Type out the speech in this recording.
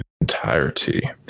entirety